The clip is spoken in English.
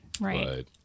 right